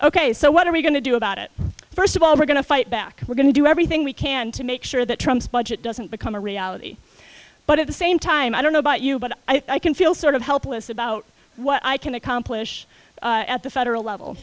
ok so what are we going to do about it first of all we're going to fight back we're going to do everything we can to make sure that trumps budget doesn't become a reality but at the same time i don't know about you but i can feel sort of helpless about what i can accomplish at the federal level